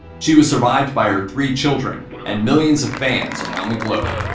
she was survived by her three children and millions of fans around the globe.